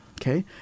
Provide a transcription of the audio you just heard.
okay